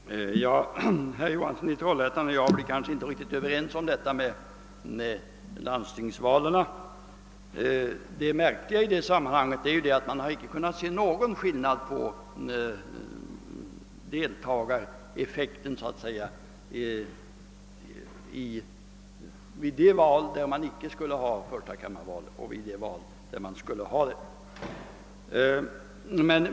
Herr talman! Herr Johansson i Trollhättan och jag blir kanske inte riktigt överens beträffande landstingsvalen. Det märkliga i det sammanhanget är att man inte kunnat se någon skillnad på deltagarantalet vid de val där inte val till första kammaren skulle följa och vid de val där sådant skulle följa.